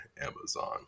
Amazon